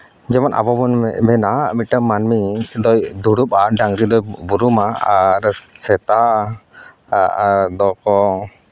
ᱡᱮᱢᱚᱱ ᱟᱵᱚ ᱵᱚᱱ ᱢᱮᱱᱟ ᱢᱤᱫᱴᱟᱹᱝ ᱢᱟᱹᱱᱢᱤ ᱫᱚᱭ ᱫᱩᱲᱩᱵᱼᱟ ᱰᱟᱹᱝᱨᱤ ᱫᱚᱭ ᱵᱩᱨᱩᱢᱟ ᱟᱨ ᱥᱮᱛᱟ ᱫᱚᱠᱚ